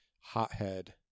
hothead